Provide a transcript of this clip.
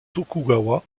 tokugawa